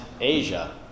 Asia